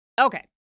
Okay